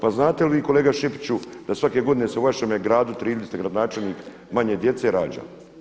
Pa znate li vi kolega Šipiću da svake godine se u vašem gradu Trilju gdje ste gradonačelnik manje djece rađa?